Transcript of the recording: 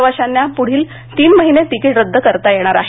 प्रवाशांना पुढील तीन महिने तिकीटं रद्द करता येणार आहेत